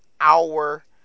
hour